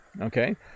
okay